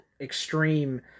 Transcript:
extreme